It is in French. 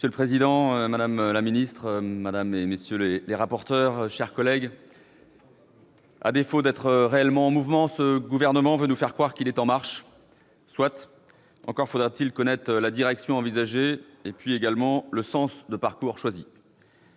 Monsieur le président, madame la ministre, madame, messieurs les rapporteurs, mes chers collègues, à défaut d'être réellement en mouvement, ce gouvernement veut nous faire croire qu'il est en marche. Soit. Encore faudrait-il connaître la direction envisagée, et le sens de parcours choisi.